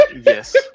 yes